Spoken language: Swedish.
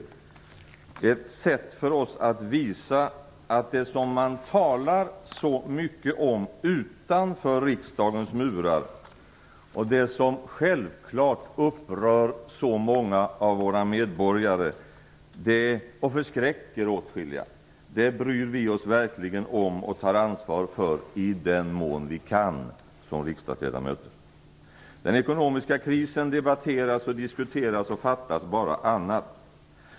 Detta är ett sätt för oss att visa att det som man talar så mycket om utanför riksdagens murar och det som självklart upprör så många av våra medborgare och förskräcker åtskilliga, det bryr vi oss verkligen om och tar ansvar för i den mån vi kan som riksdagsledamöter. Den ekonomiska krisen debatteras och diskuteras, och fattas bara annat.